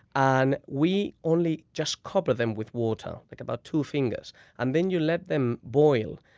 and we only just cover them with water like about two fingers and then you let them boil.